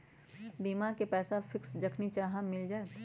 बीमा के पैसा फिक्स जखनि चाहम मिल जाएत?